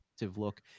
look